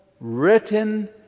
written